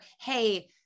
Hey